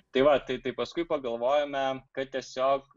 tai va tai tai paskui pagalvojome kad tiesiog